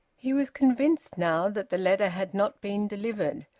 he was convinced now that the letter had not been delivered,